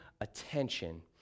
attention